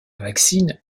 vaccine